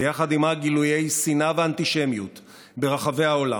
ויחד עימה גילויי שנאה ואנטישמיות ברחבי העולם.